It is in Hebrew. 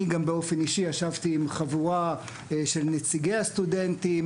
אני גם באופן אישי ישבתי עם חבורה של נציגי הסטודנטים.